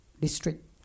district